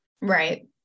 Right